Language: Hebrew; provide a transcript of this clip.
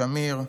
שמיר,